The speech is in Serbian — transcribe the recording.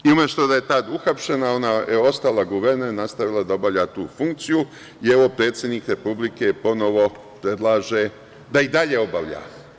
Umesto da je tada uhapšena, ona je ostala guverner, nastavila da obavlja tu funkciju i predsednik Republike je ponovo predlaže da je i dalje obavlja.